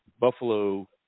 Buffalo